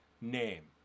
name